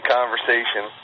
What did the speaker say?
conversation